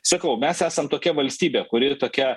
sakau mes esam tokia valstybė kuri tokia